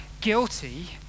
guilty